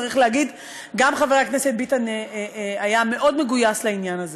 וצריך להגיד שגם חבר הכנסת ביטן היה מאוד מגויס לעניין הזה.